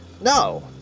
no